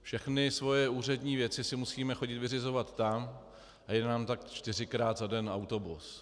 Všechny svoje úřední věci si musíme chodit vyřizovat tam a jede nám tak čtyřikrát za den autobus.